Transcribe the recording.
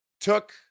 took